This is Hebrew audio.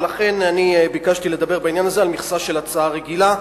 ולכן ביקשתי לדבר בעניין הזה על מכסה של הצעה רגילה,